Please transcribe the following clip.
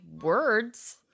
words